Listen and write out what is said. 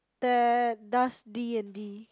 that does d_n_d